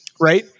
Right